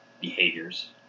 behaviors